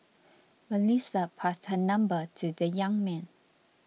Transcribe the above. Melissa passed her number to the young man